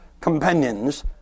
companions